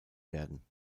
werden